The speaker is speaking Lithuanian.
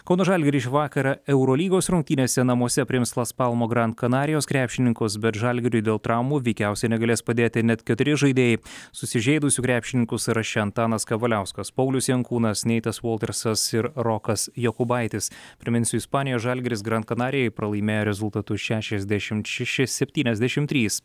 kauno žalgiris šį vakarą eurolygos rungtynėse namuose priims las palmo gran karijos krepšininkus bet žalgiriui dėl traumų veikiausiai negalės padėti net keturi žaidėjai susižeidusių krepšininkų sąraše antanas kavaliauskas paulius jankūnas neitas voltersas ir rokas jokubaitis priminsiu ispanijoj žalgiris gran kanarijai pralaimėjo rezultatu šešiasdešimt šeši septyniasdešimt trys